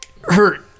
hurt